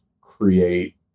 create